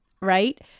Right